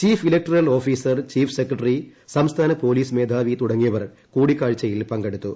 chief electoral officer chief secretary സംസ്ഥാന്റ് police മേധാവി തുടങ്ങിയവർ കൂടിക്കാഴ്ചയിൽ പള്കെടുത്തു